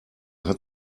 hat